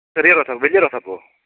ചെറിയ റോസാപ്പൂ വലിയ റോസാപ്പൂവോ